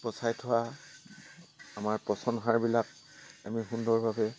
পচাই থোৱা আমাৰ পচন সাৰবিলাক আমি সুন্দৰভাৱে